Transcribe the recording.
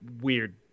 weird